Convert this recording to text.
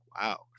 wow